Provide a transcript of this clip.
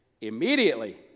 immediately